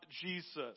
Jesus